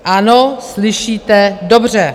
Ano, slyšíte dobře.